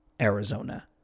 Arizona